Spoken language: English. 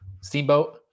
Steamboat